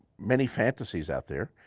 many fantasies out there,